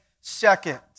second